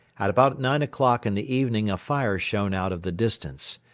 at about nine o'clock in the evening a fire shone out of the distance.